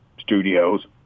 studios